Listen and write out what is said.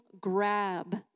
grab